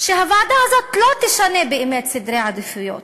שהוועדה הזאת לא תשנה באמת סדרי עדיפויות,